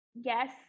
yes